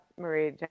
Marie